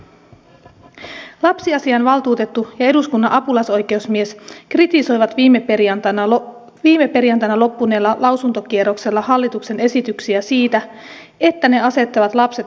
lapsiasiainvaltuutettu ja eduskunnan apulaisoikeusmies kritisoivat viime perjantaina loppuneella lausuntokierroksella hallituksen esityksiä siitä että ne asettavat lapset eriarvoiseen asemaan